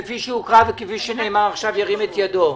כפי שהוקרא וכפי שנאמר עכשיו ירים את ידו.